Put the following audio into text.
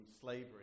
slavery